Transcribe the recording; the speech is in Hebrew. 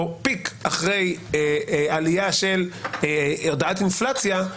או פיק אחרי הודעת אינפלציה,